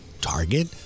Target